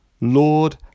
Lord